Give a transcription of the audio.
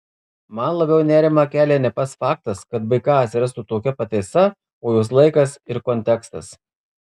man labiau nerimą kelia ne pats faktas kad bk atsirastų tokia pataisa o jos laikas ir kontekstas